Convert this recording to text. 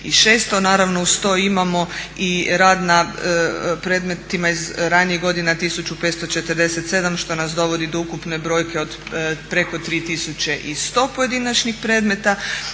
na 1600. Naravno uz to imamo i rad na predmetima iz ranijih godina 1547 što nas dovodi do ukupne brojke od preko 3100 pojedinačnih predmeta.